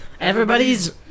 Everybody's